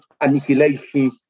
annihilation